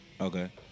Okay